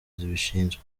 zibishinzwe